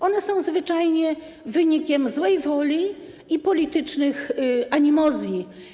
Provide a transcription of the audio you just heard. One są zwyczajnie wynikiem złej woli i politycznych animozji.